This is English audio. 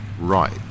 right